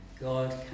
God